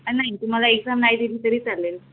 नाही तुम्हाला एक्झाम नाही दिली तरी चालेल